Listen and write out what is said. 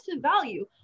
value